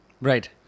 Right